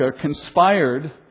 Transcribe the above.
conspired